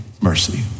mercy